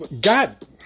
God